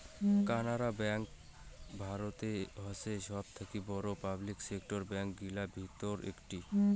Canara bank ভারতের হসে সবথাকি বড়ো পাবলিক সেক্টর ব্যাঙ্ক গিলার ভিতর একটি